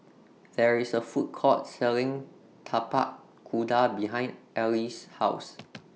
There IS A Food Court Selling Tapak Kuda behind Alys' House